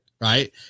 right